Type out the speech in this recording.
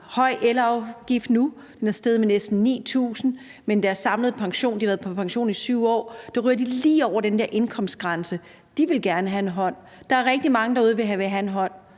høj elafgift nu. Den er steget med næsten 9.000 kr., og de har været på pension i 7 år, men med deres samlede pension ryger de lige over den der indkomstgrænse, og de vil gerne have en hånd. Der er rigtig mange derude, der gerne vil have en hånd,